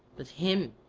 but him,